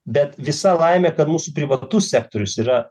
bet visa laimė kad mūsų privatus sektorius yra